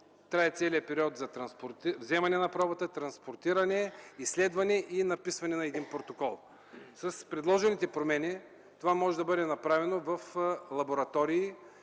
през този период беше вземането на пробата, транспортирането, изследването и написването на протокол. С предложените промени това може да бъде направено в лаборатории